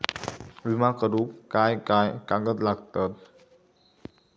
विमा करुक काय काय कागद लागतत?